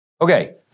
Okay